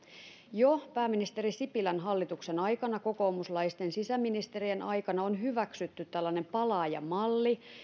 jo pääministeri sipilän hallituksen aikana kokoomuslaisten sisäministerien aikana on hyväksytty tällainen palaajamalli